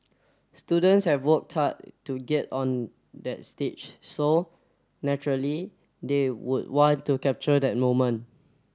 students have work tar to get on that stage so naturally they would want to capture that moment